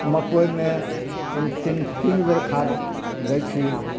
मकइमे तीन तीन तीनबेर खाद दै छी